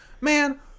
man